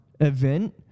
event